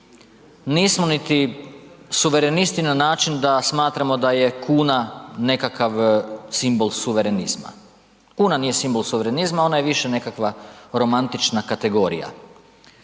nismo niti suverenisti na način da smatramo da je kuna nekakav simbol suverenizma. Kuna nije simbol suverenizma ona je više nekakva romantična kategorija.